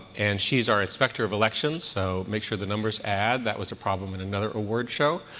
and she's our inspector of elections. so make sure the numbers add. that was a problem in another award show.